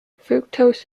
fructose